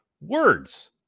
words